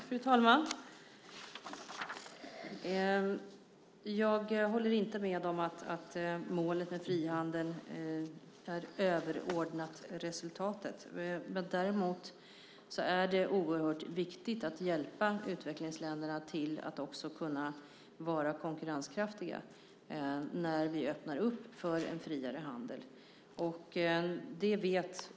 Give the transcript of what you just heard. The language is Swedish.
Fru talman! Jag håller inte med om att målet med frihandel är överordnat resultatet. Däremot är det oerhört viktigt att hjälpa utvecklingsländerna att också kunna vara konkurrenskraftiga när vi öppnar för en friare handel.